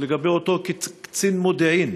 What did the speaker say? לגבי אותו קצין מודיעין